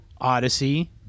odyssey